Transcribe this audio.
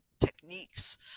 techniques